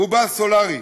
ורובה אנרגיה סולרית.